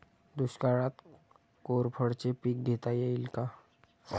दुष्काळात कोरफडचे पीक घेता येईल का?